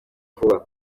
vuba